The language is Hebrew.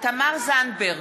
תמר זנדברג,